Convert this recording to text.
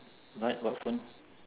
what what phone